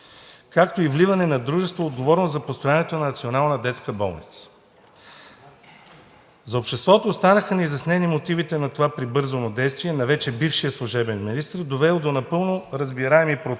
както и вливане на дружество, отговорно за построяване на Национална детска болница. За обществото останаха неизяснени мотивите на това прибързано действие на вече бившия служебен министър, довело до напълно разбираеми протести